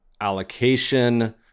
allocation